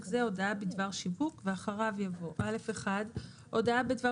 זה הודעה בדבר שיווק") ואחריו יבוא: "(א1)הודעה בדבר